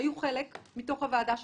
שהיו חלק מתוך הוועדה שלכם,